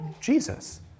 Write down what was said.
Jesus